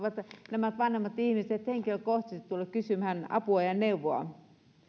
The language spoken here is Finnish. nämä vanhemmat ihmiset voivat henkilökohtaisesti tulla kysymään apua ja neuvoa